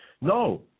No